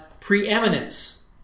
preeminence